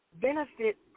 benefit